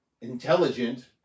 intelligent